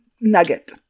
nugget